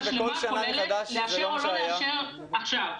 ההצעה השלמה כוללת לאשר או לא לאשר עכשיו.